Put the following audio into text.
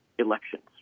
Elections